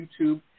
YouTube